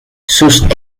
sus